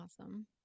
Awesome